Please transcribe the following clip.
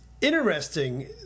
interesting